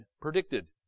predicted